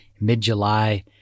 mid-July